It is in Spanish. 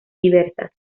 diversas